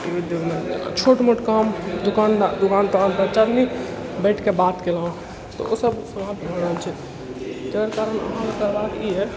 छोट मोट काम दोकान दोकानपर चारि आदमी बैठिके बात केलहुँ ओसब भऽ रहल छै ताहि कारण अहाँके करबाके ई अइ